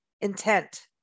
intent